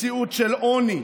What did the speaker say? מציאות של עוני,